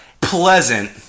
pleasant